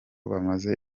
bamaze